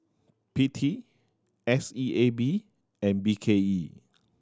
P T S E A B and B K E